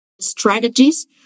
strategies